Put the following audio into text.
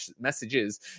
messages